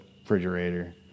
refrigerator